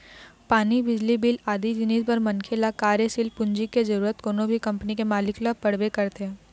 पानी, बिजली बिल आदि जिनिस बर मनखे ल कार्यसील पूंजी के जरुरत कोनो भी कंपनी के मालिक ल पड़बे करथे